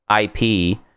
IP